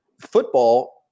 Football –